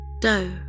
doe